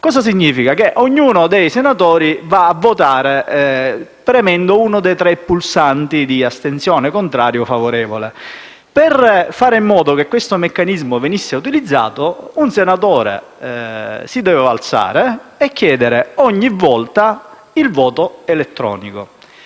Cosa significa? Che ciascun senatore può votare premendo uno dei tre pulsanti che indicano se si astiene, se è contrario o favorevole. Per fare in modo che questo meccanismo venisse utilizzato un senatore si doveva alzare e chiedere ogni volta il voto elettronico.